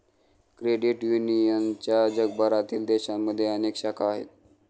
credit युनियनच्या जगभरातील देशांमध्ये अनेक शाखा आहेत